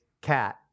Cat